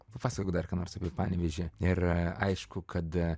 papasakok dar ką nors apie panevėžį ir aišku kad